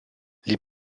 les